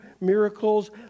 miracles